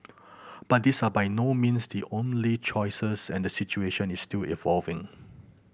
but these are by no means the only choices and the situation is still evolving